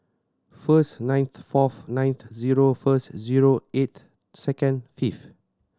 first ninth fourth ninth zero first eighth second fifth